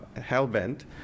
hell-bent